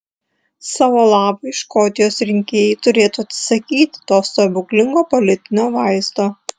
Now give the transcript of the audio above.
savo labui škotijos rinkėjai turėtų atsisakyti to stebuklingo politinio vaisto